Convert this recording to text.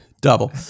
Double